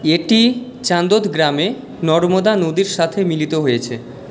এটি চান্দোদ গ্রামে নর্মদা নদীর সাথে মিলিত হয়েছে